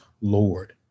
Lord